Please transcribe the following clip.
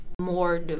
more